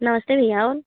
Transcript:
नमस्ते भैया